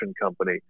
company